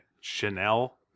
Chanel